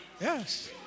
yes